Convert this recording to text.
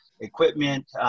equipment